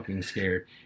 scared